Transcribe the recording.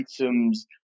items